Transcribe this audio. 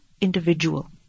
individual